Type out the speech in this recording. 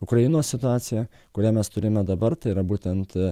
ukrainos situaciją kurią mes turime dabar tai yra būtent